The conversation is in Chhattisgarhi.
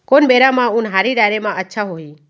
कोन बेरा म उनहारी डाले म अच्छा होही?